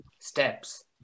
steps